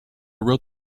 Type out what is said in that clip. wrote